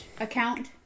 account